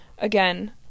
again